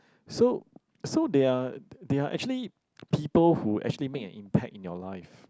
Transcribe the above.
so so they are they are actually people who actually make an impact in your life